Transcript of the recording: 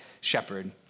shepherd